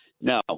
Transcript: No